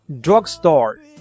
Drugstore